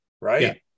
right